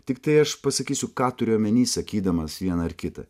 tiktai aš pasakysiu ką turiu omeny sakydamas vieną ar kitą